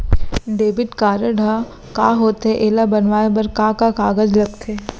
Debit card ह का होथे एला बनवाए बर का का कागज लगथे?